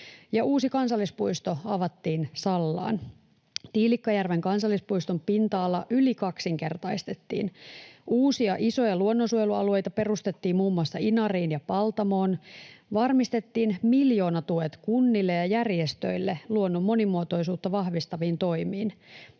Uusi kansallispuisto avattiin Sallaan. Tiilikkajärven kansallispuiston pinta-ala yli kaksinkertaistettiin. Uusia isoja luonnonsuojelualueita perustettiin muun muassa Inariin ja Paltamoon. Varmistettiin miljoonatuet kunnille ja järjestöille luonnon monimuotoisuutta vahvistaviin toimiin.